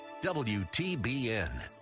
WTBN